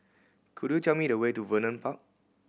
could you tell me the way to Vernon Park